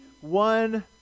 One